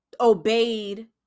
obeyed